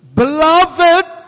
beloved